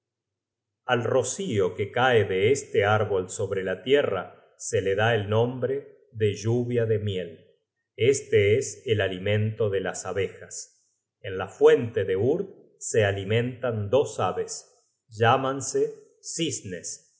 al rocio que cae de este árbol sobre la tierra se le da el nombre de lluvia de miel este es el alimento de las abejas en la fuente de urd se alimentan dos aves llámanse cisnes